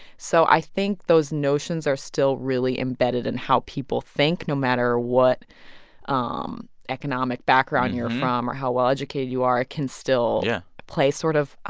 so i think those notions are still really embedded in how people think, no matter what um economic background you're from or how well-educated you are. it can still. yeah. play sort of ah